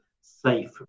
safe